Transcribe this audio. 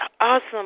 awesome